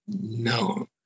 no